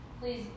Please